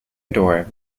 door